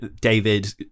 David